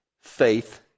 Faith